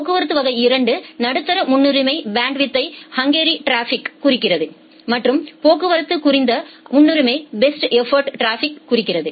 போக்குவரத்து வகை 2 நடுத்தர முன்னுரிமை பேண்ட்வித் ஹங்கிரி டிராபிக்யை குறிக்கிறது மற்றும் போக்குவரத்து வகை குறைந்த முன்னுரிமை பெஸ்ட் எஃபோர்ட் டிராபிக் குறிக்கிறது